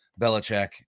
Belichick